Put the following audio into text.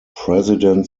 president